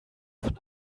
von